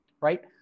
right